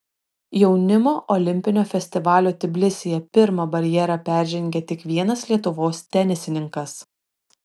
jaunimo olimpinio festivalio tbilisyje pirmą barjerą peržengė tik vienas lietuvos tenisininkas